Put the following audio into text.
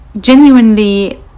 genuinely